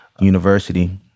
university